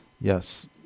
Yes